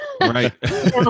right